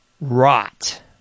rot